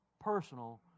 personal